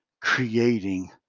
creating